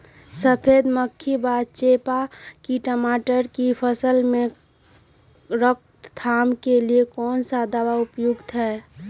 सफेद मक्खी व चेपा की टमाटर की फसल में रोकथाम के लिए कौन सा दवा उपयुक्त है?